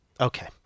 Okay